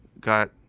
got